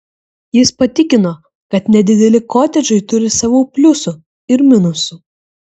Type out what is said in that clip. jis patikino kad nedideli kotedžai turi savo pliusų ir minusų